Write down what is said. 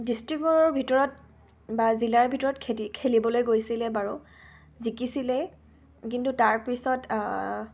ডিষ্ট্ৰিক্টৰ ভিতৰত বা জিলাৰ ভিতৰত খেতি খেলিবলৈ গৈছিলে বাৰু জিকিছিলে কিন্তু তাৰপিছত